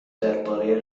درباره